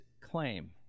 claim